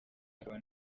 akaba